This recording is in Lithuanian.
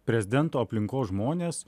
prezidento aplinkos žmonės